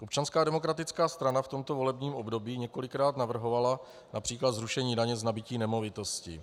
Občanská demokratická strana v tomto volebním období několikrát navrhovala například zrušení daně z nabytí nemovitostí.